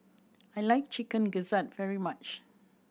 I like Chicken Gizzard very much